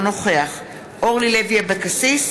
אינו נוכח אורלי לוי אבקסיס,